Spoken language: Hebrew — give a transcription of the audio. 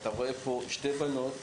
אתם רואים פה שתי בנות